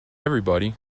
everybody